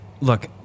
Look